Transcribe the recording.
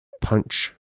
punch